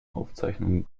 aufzeichnungen